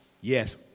yes